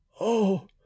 Oh